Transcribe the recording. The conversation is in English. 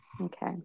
Okay